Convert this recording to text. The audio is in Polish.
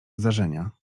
zdarzenia